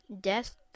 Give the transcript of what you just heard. Death